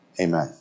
Amen